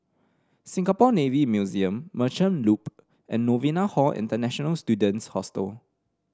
Singapore Navy Museum Merchant Loop and Novena Hall International Students Hostel